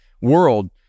world